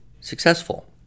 successful